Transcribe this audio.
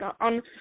on